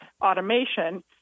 automation